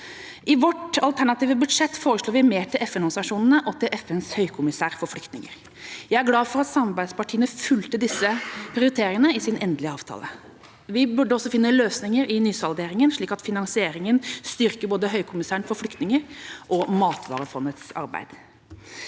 I vårt alternative budsjett foreslår vi mer til FN-organisasjonene og til FNs høykommissær for flyktninger. Jeg er glad for at samarbeidspartiene fulgte disse prioriteringene i sin endelige avtale. Vi burde også finne løsninger i nysalderingen, slik at finansieringa styrker både Høykommissæren for flyktninger og Matvarefondets arbeid.